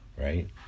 Right